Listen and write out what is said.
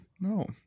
No